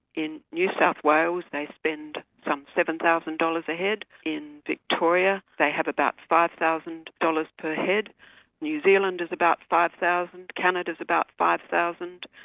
in new south wales they spend some seven thousand dollars a head in victoria, they have about five thousand dollars per head new zealand is about five thousand dollars canada's about five thousand